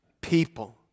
people